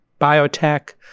biotech